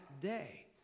day